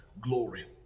glory